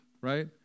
right